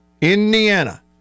Indiana